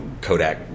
Kodak